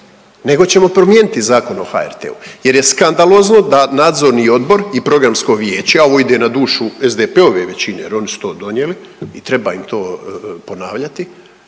nego ćemo promijeniti Zakon o HRT-u jer je skandalozno da nadzorni odbor i programsko vijeće, a ovo ide na dušu SDP-ove većine jer oni su to donijeli i treba im to ponavljati,